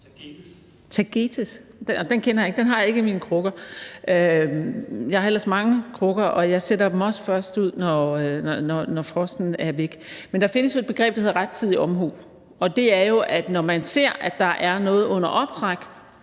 – tagetes. Den kender jeg ikke, den har jeg ikke i mine krukker. Jeg har ellers mange krukker, og jeg sætter dem også først ud, når frosten er væk. Men der findes jo et begreb, der hedder rettidig omhu, og det er jo, at når man ser, at der er noget under optræk,